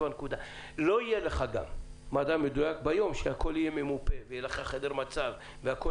לא יהיה לך מדע מדויק ביום שהכול יהיה ממופה ויהיה לך חדר מצב והכול